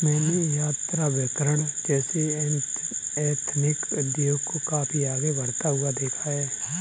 मैंने यात्राभिकरण जैसे एथनिक उद्योग को काफी आगे बढ़ता हुआ देखा है